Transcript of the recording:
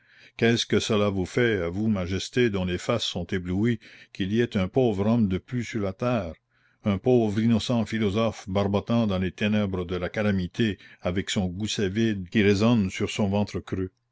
qu'est-ce que cela vous fait à vous majesté dont les faces sont éblouies qu'il y ait un pauvre homme de plus sur la terre un pauvre innocent philosophe barbotant dans les ténèbres de la calamité avec son gousset vide qui résonne sur son ventre creux